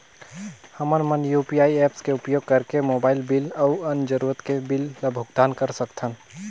हमन मन UPI apps के उपयोग करिके मोबाइल बिल अऊ अन्य जरूरत के बिल ल भुगतान कर सकथन